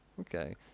Okay